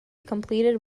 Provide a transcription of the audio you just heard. completed